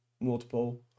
multiple